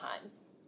times